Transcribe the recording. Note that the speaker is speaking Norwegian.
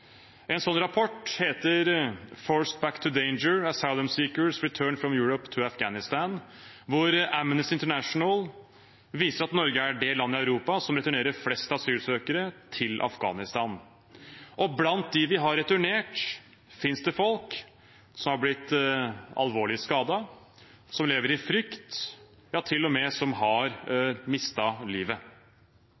sånn rapport heter Forced Back to Danger: Asylum-Seekers Returned from Europe to Afghanistan. Der viser Amnesty International at Norge er det landet i Europa som returnerer flest asylsøkere til Afghanistan. Blant dem vi har returnert, finnes det folk som har blitt alvorlig skadet, folk som lever i frykt, ja til og med folk som har